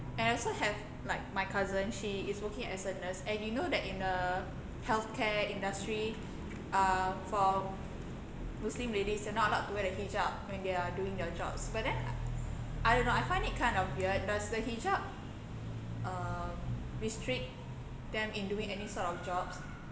and I also have like my cousin she is working as a nurse and you know that in the healthcare industry uh for muslim ladies they are not allowed to wear the hijab when they are doing their jobs but then I don't know I find it kind of weird does the hijab err restrict them in doing any sort of jobs